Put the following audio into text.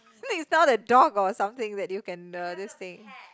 it's not a dog or something that you can uh this thing